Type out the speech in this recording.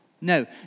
No